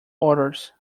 orders